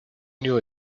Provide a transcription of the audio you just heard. knew